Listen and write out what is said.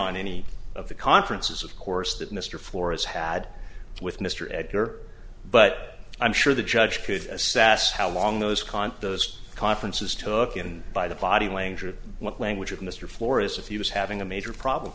on any of the conferences of course that mr flores had with mr edgar but i'm sure the judge could assess how long those con those conferences took and by the body language what language of mr florists if he was having a major problem